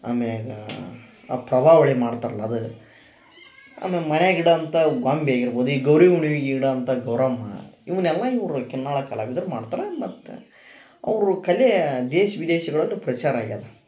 ಆಮೇಗಾ ಆ ಪ್ರಭಾವಳಿ ಮಾಡ್ತರಲ್ಲ ಅದು ಅದನ್ನ ಮನೆಗೆ ಇಡ ಅಂತ ಗೊಂಬಿ ಆಗಿರ್ಬೋದು ಈ ಗೌರಿ ಹುಣ್ಣಿಮೆ ಗಿಡ ಅಂತ ಗೌರಮ್ಮ ಇವನ್ನೆಲ್ಲ ಇವ್ರು ಕಿನ್ನಾಳ ಕಲಾವಿದರು ಮಾಡ್ತರ ಮತ್ತ ಅವರ ಕಲೆ ದೇಶ ವಿದೇಶ್ಗಳ್ಲಲಿ ಪ್ರಚಾರ ಆಗ್ಯದ